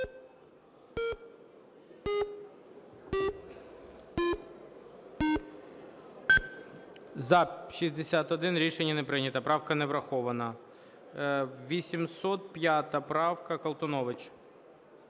За-61 Рішення не прийнято. Правка не врахована. 805 правка, Колтунович.